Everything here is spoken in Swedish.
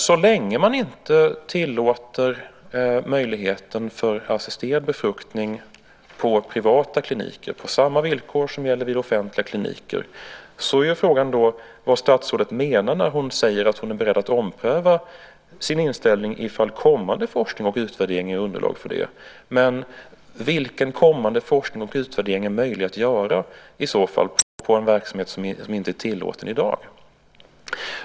Så länge man inte tillåter möjligheten till assisterad befruktning på privata kliniker på samma villkor som gäller vid offentliga kliniker är frågan vad statsrådet menar när hon säger att hon är beredd att ompröva sin inställning ifall kommande forskning och utvärdering ger underlag för det. Vilken kommande forskning och utvärdering är i så fall möjlig att göra på en verksamhet som inte är tillåten i dag?